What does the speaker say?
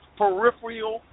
peripheral